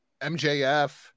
mjf